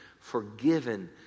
Forgiven